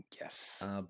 Yes